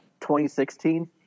2016